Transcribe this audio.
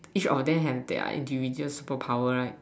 each of them have their individual super power right